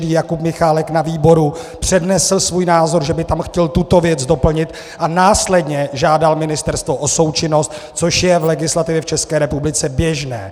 Jakub Michálek na výboru přednesl svůj názor, že by tam chtěl tuto věc doplnit, a následně žádal ministerstvo o součinnost, což je v legislativě v České republice běžné.